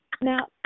Now